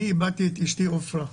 אני איבדתי את אשתי עופרה,